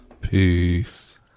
peace